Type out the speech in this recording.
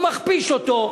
הוא מכפיש אותו,